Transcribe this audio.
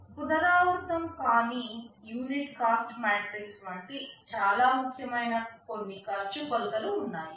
పునరావృతం కాని unit cost matrix వంటి చాలా ముఖ్యమైన కొన్ని ఖర్చు కొలతలు ఉన్నాయి